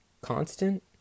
constant